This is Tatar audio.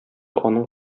аның